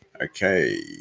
okay